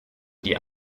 die